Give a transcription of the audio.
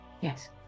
Yes